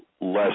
less –